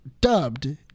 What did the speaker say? dubbed